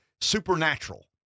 supernatural